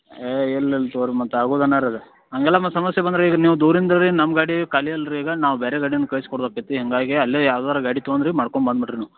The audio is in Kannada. ಏ ಎಲ್ಲೆಲ್ ತಗೋರಿ ಮತ್ ಆಗುದ್ ಏನಾರ್ ಅದ ಹಂಗೆಲ್ಲ ಮತ್ತೆ ಸಮಸ್ಯೆ ಬಂದರೆ ಈಗ ನೀವು ದೂರಿಂದದೆ ನಮ್ಮ ಗಾಡಿ ಖಾಲಿ ಅಲ್ರಿ ಈಗ ನಾವು ಬ್ಯಾರೆ ಗಾಡಿನ ಕಳಿಸ ಕೊಡ್ಬೇಕತ್ತಿ ಹಾಗಾಗಿ ಅಲ್ಲೆ ಯಾವ್ದಾರು ಗಾಡಿ ತಗೊಂದ್ ರೀ ಮಾಡ್ಕೊಂಬ್ ಬನ್ ಬಿಡ್ರಿ ನೀವು